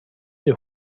der